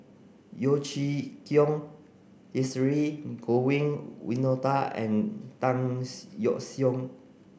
Yeo Chee Kiong Dhershini Govin Winodan and Tan Yeok Seong